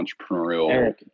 entrepreneurial